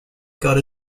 got